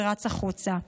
ורץ החוצה.